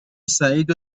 سعید